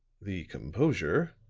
the composure,